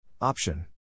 Option